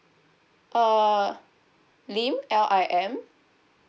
uh lim L I M